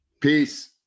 Peace